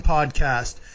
Podcast